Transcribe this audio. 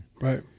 Right